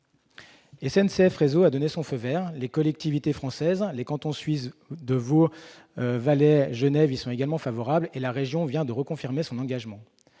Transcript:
SNCF Réseau a donné son feu vert, les collectivités françaises ainsi que les cantons suisses de Vaud, du Valais et de Genève sont également favorables au projet, et la région vient de reconfirmer son engagement.